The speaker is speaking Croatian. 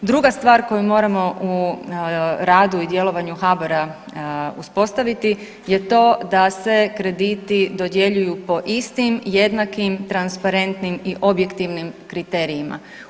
Druga stvar koju moramo u radu i djelovanju HBOR-a uspostaviti je to da se krediti dodjeljuju po istim, jednakim, transparentnim i objektivnim kriterijima.